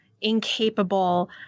incapable